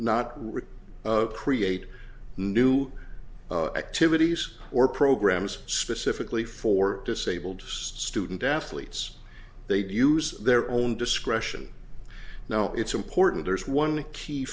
written create new activities or programs specifically for disabled student athletes they do use their own discretion now it's important there is one key